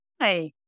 Hi